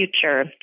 future